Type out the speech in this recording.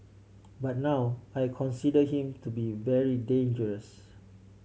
but now I consider him to be very dangerous